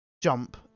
jump